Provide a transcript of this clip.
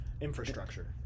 Infrastructure